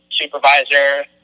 supervisor